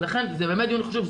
לכן זה באמת דיון חשוב,